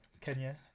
kenya